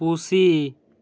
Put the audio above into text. ᱯᱩᱥᱤ